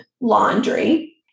laundry